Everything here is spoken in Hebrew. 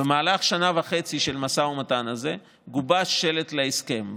במהלך השנה וחצי של המשא ומתן הזה גובש שלד של הסכם,